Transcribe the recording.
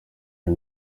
iyi